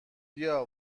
بیا